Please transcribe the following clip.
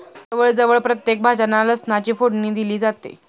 प्रजवळ जवळ प्रत्येक भाज्यांना लसणाची फोडणी दिली जाते